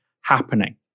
happening